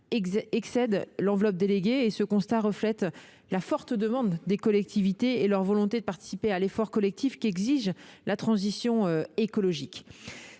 excède l'enveloppe déléguée. Ce constat reflète la forte demande des collectivités et leur volonté de participer à l'effort collectif qu'exige la transition écologique.